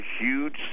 huge